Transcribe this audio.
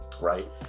Right